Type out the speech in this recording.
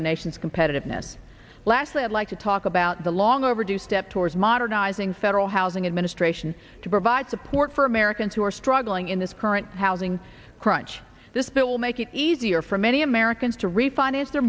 our nation's competitiveness lastly i'd like to talk about the long overdue step towards modernizing federal housing administration to provide support for americans who are struggling in this current housing crunch this bill will make it easier for many americans to refinance their